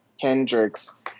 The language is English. Kendrick's